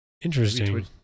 Interesting